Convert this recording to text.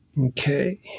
Okay